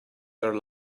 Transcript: their